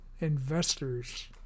investors